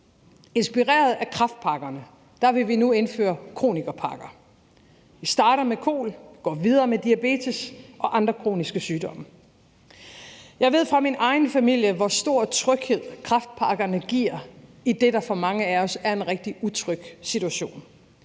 Inspireret af kræftpakkerne vil vi nu indføre kronikerpakker. Vi starter med kol og går videre med diabetes og andre kroniske sygdomme. Jeg ved fra min egen familie, hvor stor tryghed kræftpakkerne giver i det, der for mange af os er en rigtig utryg situation.